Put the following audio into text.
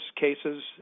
cases